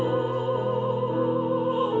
or